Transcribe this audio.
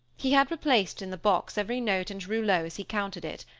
he had replaced in the box every note and rouleau as he counted it,